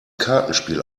kartenspiel